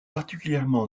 particulièrement